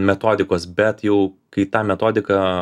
metodikos bet jau kai tą metodiką